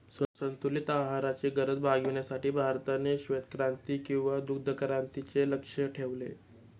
संतुलित आहाराची गरज भागविण्यासाठी भारताने श्वेतक्रांती किंवा दुग्धक्रांतीचे लक्ष्य ठेवले